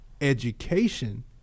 education